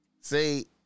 see